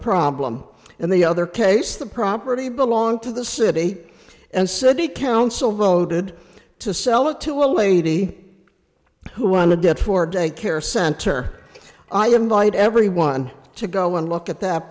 problem and the other case the property belonged to the city and city council voted to sell it to a lady who wanted it for daycare center i invite everyone to go and look at that